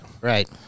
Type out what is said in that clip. Right